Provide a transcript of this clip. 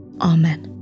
Amen